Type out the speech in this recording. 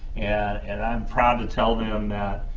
and and i'm proud to tell them that,